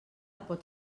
pot